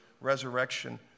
resurrection